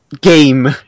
game